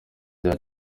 rya